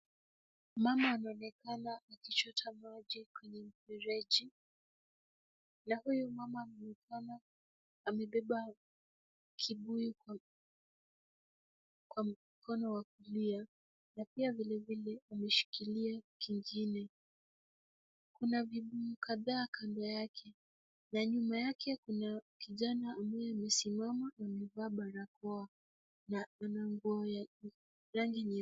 Mama anaonekana akichota maji kwenye mfereji na huyu mama anaonekana amebeba kibuyu kwa mkono wa kulia na pia vile vile ameshikilia kingine. Kuna vibuyu kadhaa kando yake na nyuma yake kuna kijana ambaye amesimama amevaa barakoa na ana nguo ya fulani nyeusi.